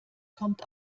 kommt